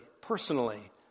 personally